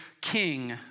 king